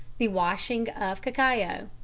the washing of cacao.